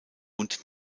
und